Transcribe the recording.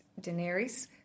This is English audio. Daenerys